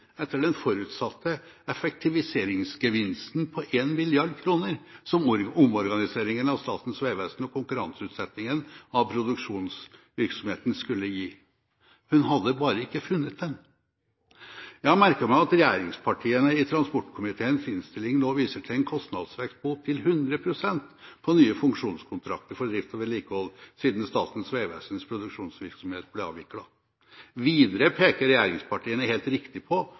etter den forutsatte effektiviseringsgevinsten på 1 mrd. kr, som omorganiseringen av Statens vegvesen og konkurranseutsettingen av produksjonsvirksomheten skulle gi. Hun hadde bare ikke funnet den. Jeg har merket meg at regjeringspartiene i transportkomiteens innstilling nå viser til en kostnadsvekst på opptil 100 pst. på nye funksjonskontrakter for drift og vedlikehold siden Statens vegvesens produksjonsvirksomhet ble avviklet. Videre peker regjeringspartiene, helt riktig, på